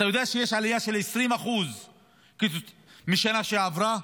אתה יודע שיש עלייה של 20% מהשנה שעברה?